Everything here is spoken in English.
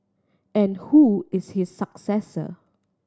and who is his successor